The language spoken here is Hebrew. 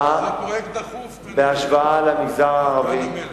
בהשוואה למגזר הערבי.